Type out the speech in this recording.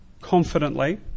confidently